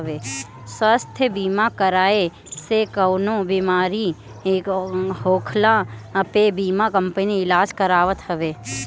स्वास्थ्य बीमा कराए से कवनो बेमारी होखला पे बीमा कंपनी इलाज करावत हवे